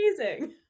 amazing